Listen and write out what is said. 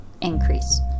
increase